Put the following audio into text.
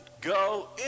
go